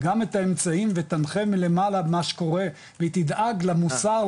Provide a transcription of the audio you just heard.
גם את האמצעים ותנחה מלמעלה במה שקורה והיא תדאג למוסר,